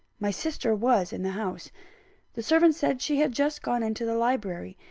my sister was in the house the servant said she had just gone into the library,